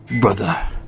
Brother